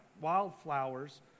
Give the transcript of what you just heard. wildflowers